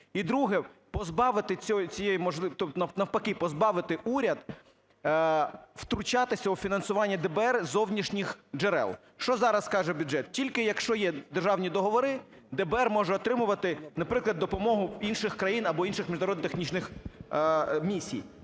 І друге: позбавити цієї можливості… тобто, навпаки, позбавити уряд втручатися у фінансування ДБР з зовнішніх джерел. Що зараз каже бюджет? Тільки, якщо є державні договори, ДБР може отримувати, наприклад, допомогу інших країн або інших міжнародно-технічних місій.